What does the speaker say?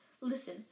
Listen